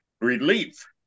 relief